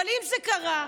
אבל אם זה קרה,